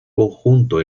conjunto